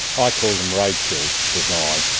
i call them roadkill design,